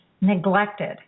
neglected